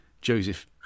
Joseph